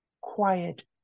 quiet